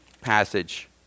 passage